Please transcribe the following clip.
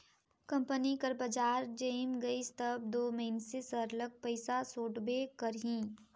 company कर बजार जइम गइस तब दो मइनसे सरलग पइसा सोंटबे करही